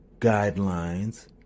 guidelines